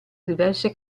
diverse